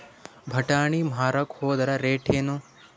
ಬಟಾನಿ ಮಾರಾಕ್ ಹೋದರ ರೇಟೇನು?